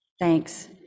thanks